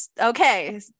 okay